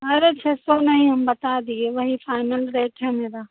अरे छः सौ नहीं हम बता दिए वही फ़ाइनल रेट है मेरा